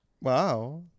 Wow